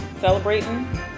celebrating